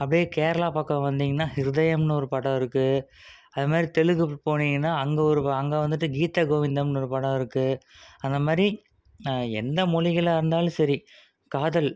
அப்படியே கேரளா பக்கம் வந்திங்கனா ஹிருதயம்னு ஒரு படம் இருக்குது அது மாதிரி தெலுங்கு போனிங்கனா அங்கே ஒரு அங்கே வந்துட்டு கீதகோவிந்தம்னு ஒரு படம் இருக்குது அந்த மாதிரி எந்த மொழிகளாக இருந்தாலும் சரி காதல்